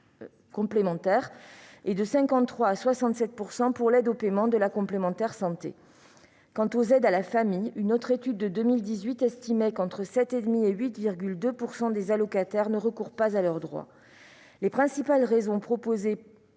complémentaire (CMU-C) et entre 53 % et 67 % pour l'aide au paiement de la complémentaire santé (ACS). Quant aux aides à la famille, une autre étude de 2018 estimait qu'entre 7,5 % et 8,2 % des allocataires ne recourent pas à leurs droits. Les principales raisons proposées